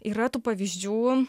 yra tų pavyzdžių